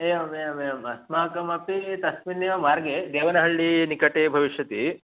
एवमेवमेवम् अस्माकमपि तस्मिन्नेव मार्गे देवनहळ्ळि निकटे भविष्यति